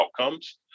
outcomes